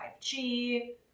5G